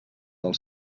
del